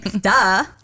Duh